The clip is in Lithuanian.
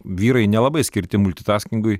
vyrai nelabai skirti multitaskingui